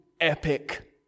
epic